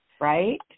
Right